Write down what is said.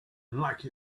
like